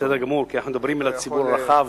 בסדר גמור, כי אנחנו מדברים לציבור הרחב.